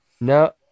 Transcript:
No